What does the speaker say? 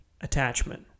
attachment